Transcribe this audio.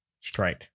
Straight